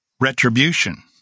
retribution